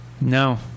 no